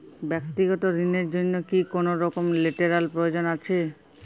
ব্যাক্তিগত ঋণ র জন্য কি কোনরকম লেটেরাল প্রয়োজন আছে?